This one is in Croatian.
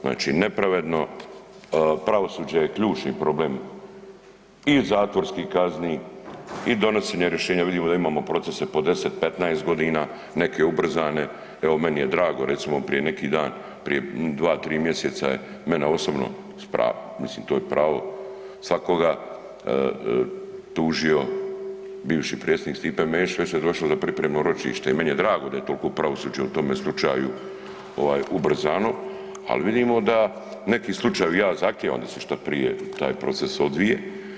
Znači nepravedno, pravosuđe je ključni problem i zatvorskih kazni i donošenje rješenja, vidimo da imamo procese po 10, 15 godina, neke ubrzane, evo, meni je drago, recimo, prije neki dan, prije 2, 3 mjeseca je mene osobno s pravom, mislim to je pravo svakoga, tužio bivši predsjednik Stipe Mesić, već je došlo i pripremno ročište i meni je drago da je toliko pravosuđe u tome slučaju ovaj ubrzano, ali vidimo da neki slučajevi, ja zahtijevam da se što prije taj proces odvije.